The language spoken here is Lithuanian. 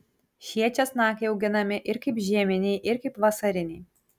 šie česnakai auginami ir kaip žieminiai ir kaip vasariniai